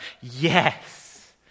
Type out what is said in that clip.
Yes